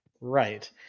right